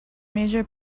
major